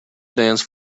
dance